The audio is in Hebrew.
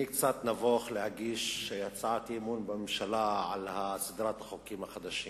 אני קצת נבוך להגיש הצעת אי-אמון בממשלה על סדרת החוקים החדשים.